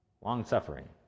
Long-suffering